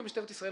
כמשטרת ישראל,